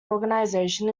organization